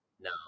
no